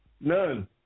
None